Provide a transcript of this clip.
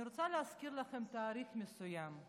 אני רוצה להזכיר לכם תאריך מסוים: